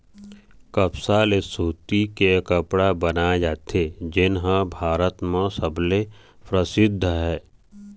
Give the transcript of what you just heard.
कपसा ले सूती के कपड़ा बनाए जाथे जेन ह भारत म सबले परसिद्ध हे